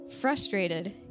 Frustrated